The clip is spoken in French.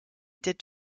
est